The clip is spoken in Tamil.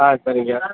ஆ சரிங்க